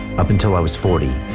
up until i was forty,